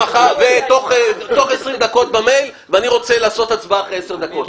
תוך 20 דקות במייל ואני רוצה לעשות הצבעה אחרי עשר קדות.